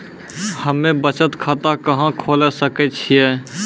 हम्मे बचत खाता कहां खोले सकै छियै?